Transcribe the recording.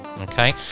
Okay